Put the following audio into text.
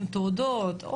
עם תעודות,